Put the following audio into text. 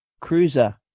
Cruiser